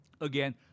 Again